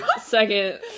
second